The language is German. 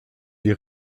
die